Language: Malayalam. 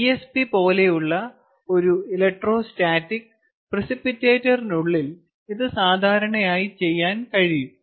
ESP പോലെയുള്ള ഒരു ഇലക്ട്രോസ്റ്റാറ്റിക് പ്രിസിപിറ്റേറ്ററിനുള്ളിൽ ഇത് സാധാരണയായി ചെയ്യാൻ കഴിയും